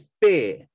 beer